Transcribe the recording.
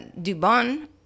Dubon